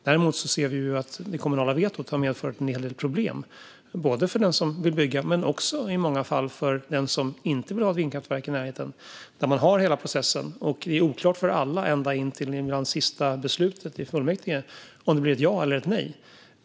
Däremot ser vi att det kommunala vetot har medfört en hel del problem, både för den som vill bygga och i många fall för den som inte vill ha ett vindkraftverk i närheten, där man har hela processen och det är oklart för alla ända fram till det sista beslutet i fullmäktige om det blir ett ja eller ett nej.